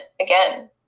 again